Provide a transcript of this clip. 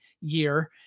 year